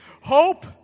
Hope